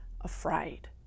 afraid